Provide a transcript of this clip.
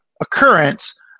occurrence